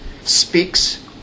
speaks